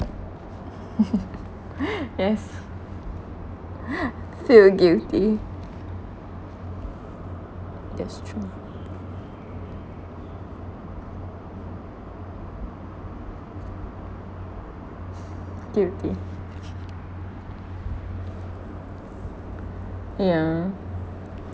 yes feel guilty that's true guilty yeah